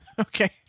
Okay